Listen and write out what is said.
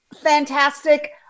fantastic